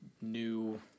new